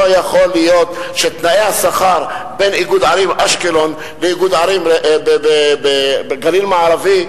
לא יכול להיות שהתנאים בין איגוד ערים אשקלון ואיגוד ערים גליל מערבי,